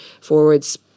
forwards